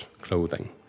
clothing